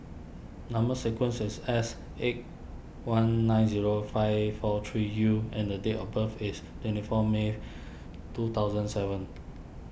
Number Sequence is S eight one nine zero five four three U and a date of birth is twenty four May two thousand seven